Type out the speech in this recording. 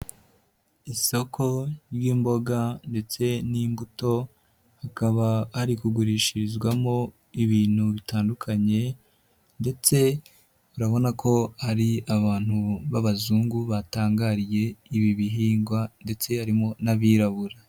Isoko ry'imboga ndetse n'imbuto, hakaba hari kugurishirizwamo ibintu bitandukanye ndetse urabona ko hari abantu b'abazungu batangariye ibi bihingwa ndetse harimo n'abirabura.